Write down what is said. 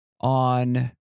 on